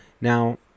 now